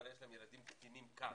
אבל יש להם ילדים קטינים כאן.